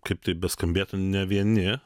kaip tai beskambėtų ne vieni